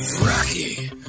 Rocky